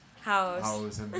house